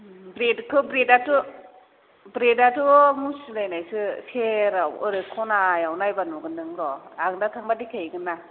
ब्रेडखौ ब्रेडाथ' ब्रेडाथ' मुसिलायनायसो सेराव ओरै खनायाव नायबा नुगोन नों र' आं दा थांबा देखायहैगोन ना